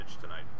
tonight